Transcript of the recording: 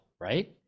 right